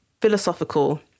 philosophical